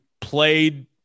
played